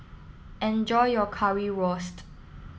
enjoy your Currywurst